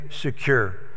secure